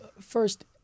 First